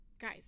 guys